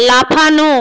লাফানো